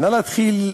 הנהלת כי"ל,